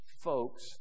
folks